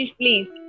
please